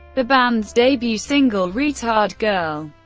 the band's debut single, retard girl,